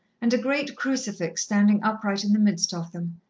and a great crucifix standing upright in the midst of them,